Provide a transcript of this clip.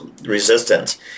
resistance